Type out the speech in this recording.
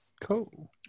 Cool